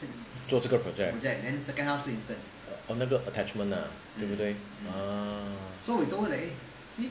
做这个 project orh 那个 attachment lah 对不对 uh